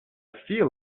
feel